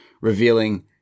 revealing